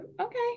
okay